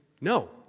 no